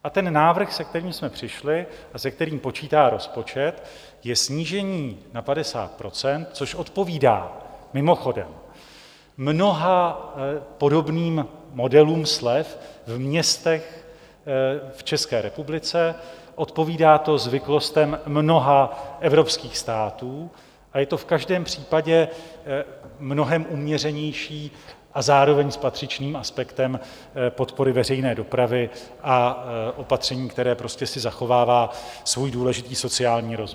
A ten návrh, se kterým jsme přišli a se kterým počítá rozpočet, je snížení na 50 %, což odpovídá mimochodem mnoha podobným modelům slev v městech v České republice, odpovídá to zvyklostem mnoha evropských států a je to v každém případě mnohem uměřenější a zároveň s patřičným aspektem podpory veřejné dopravy a opatření, které prostě si zachovává svůj důležitý sociální rozměr.